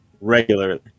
regularly